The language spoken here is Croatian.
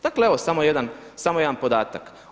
Dakle evo samo jedan podatak.